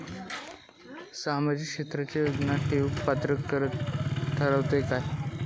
सामाजिक क्षेत्राच्या योजना घेवुक पात्र ठरतव काय?